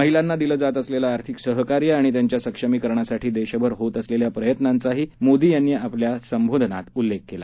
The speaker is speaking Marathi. महिलांना दिलं जात असलेलं आर्थिक सहकार्य आणि त्यांच्या संक्षमीकरणासाठी देशभर होत असलेल्या प्रयत्नाचाही मोदी यांनी आपल्या संबोधनात उल्लेख केला